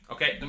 Okay